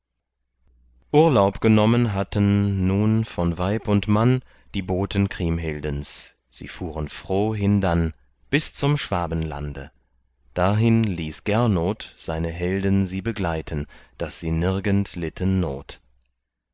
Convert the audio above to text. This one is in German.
urlaub genommen hatten nun von weib und mann die boten kriemhildens sie fuhren froh hindann bis zum schwabenlande dahin ließ gernot seine helden sie begleiten daß sie nirgend litten not